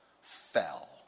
fell